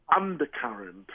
undercurrent